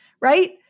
right